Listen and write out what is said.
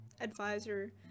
advisor